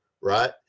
right